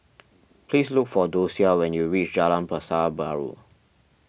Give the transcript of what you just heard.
please look for Dosia when you reach Jalan Pasar Baru